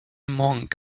monk